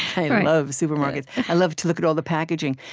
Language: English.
i love supermarkets. i love to look at all the packaging.